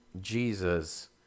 Jesus